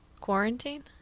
quarantine